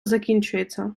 закінчується